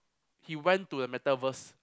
he went to a meta verse